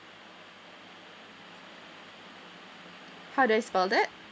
how do I spell that